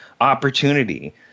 opportunity